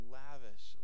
lavish